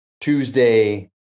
Tuesday